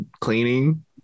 cleaning